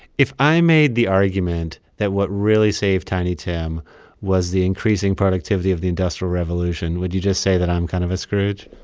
if i made the argument that what really saved tiny tim was the increasing productivity of the industrial revolution, would you just say that i'm kind of a scrooge